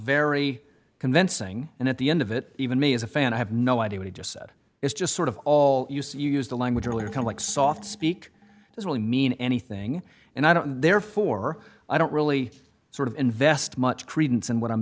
very convincing and at the end of it even me as a fan i have no idea what he just said it's just sort of all use you use the language really become like soft speak it's really mean anything and i don't therefore i don't really sort of invest much credence in what i'm